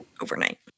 overnight